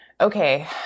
Okay